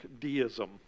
deism